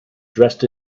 dressed